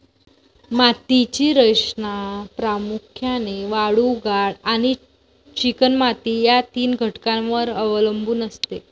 मातीची रचना प्रामुख्याने वाळू, गाळ आणि चिकणमाती या तीन घटकांवर अवलंबून असते